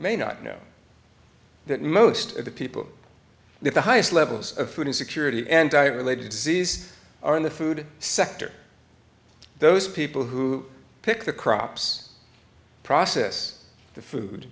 may not know that most of the people at the highest levels of food insecurity and i related disease are in the food sector those people who pick the crops process the food